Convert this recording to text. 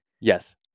Yes